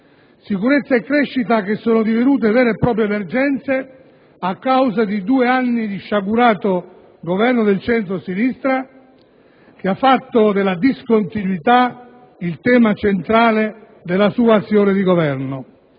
Sicurezza e crescita sono divenute vere e proprie emergenze a causa di due anni di sciagurato governo del centrosinistra, che ha fatto della discontinuità il tema centrale della sua azione di governo,